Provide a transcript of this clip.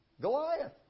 Goliath